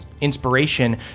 inspiration